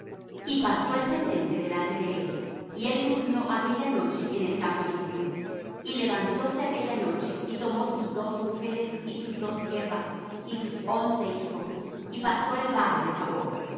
y pasó el presente delante de él y él durmió aquella noche en el campamento y levantóse aquella noche y tomó sus dos mujeres y sus dos siervas y sus once hijos y pasó el vado de jaboc